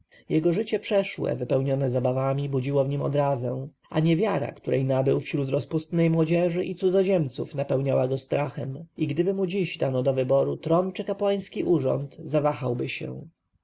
jego życie przeszłe wypełnione zabawami budziło w nim odrazę a niewiara której nabył wśród rozpustnej młodzieży i cudzoziemców napełniała go strachem i gdyby mu dziś dano do wyboru tron czy kapłański urząd zawahałby się